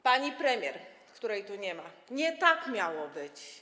Pani premier, której tu nie ma, nie tak miało być.